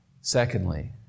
Secondly